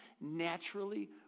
naturally